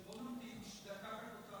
גם כחברי כנסת,